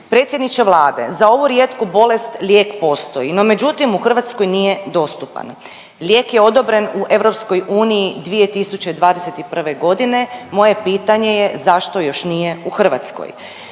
Predsjedniče Vlade za ovu rijetku bolest lijek postoji no međutim u Hrvatskoj nije dostupan. Lijek je odobren u EU 2021. godine. Moje pitanje je zašto još nije u Hrvatskoj?